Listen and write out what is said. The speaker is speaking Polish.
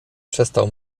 przestał